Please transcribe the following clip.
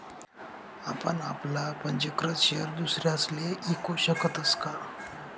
आपण आपला पंजीकृत शेयर दुसरासले ईकू शकतस का?